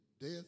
death